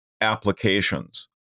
applications